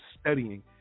studying